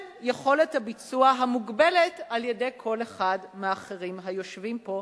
יכולת הביצוע המוגבלת על-ידי כל אחד מהאחרים היושבים פה.